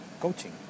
coaching